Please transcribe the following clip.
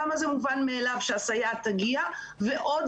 למה זה מובן מאליו שהסייעת תגיע ועוד